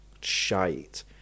shite